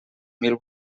mil